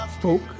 folk